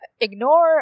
ignore